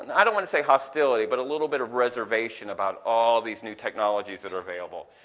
i don't want to say hostility, but a little bit of reservation about all these new technologies that are available.